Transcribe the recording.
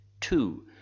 Two